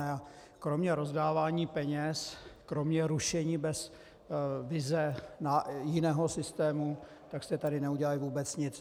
A kromě rozdávání peněz, kromě rušení bez vize jiného systému jste tady neudělali vůbec nic.